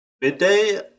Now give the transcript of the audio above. midday